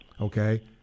okay